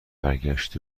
برگشت